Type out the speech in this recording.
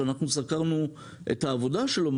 שאנחנו סקרנו את העבודה שלו,